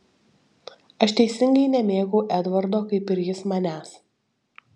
aš teisingai nemėgau edvardo kaip ir jis manęs